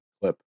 clip